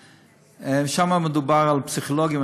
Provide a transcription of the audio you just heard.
מדובר על פסיכולוגים,